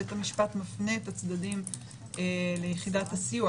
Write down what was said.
בית המשפט מפנה את הצדדים ליחידת הסיוע